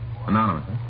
Anonymous